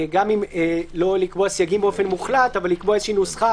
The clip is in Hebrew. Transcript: גם אם לא לקבוע סייגים באופן מוחלט אבל לקבוע נוסחה